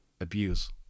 abuse